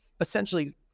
essentially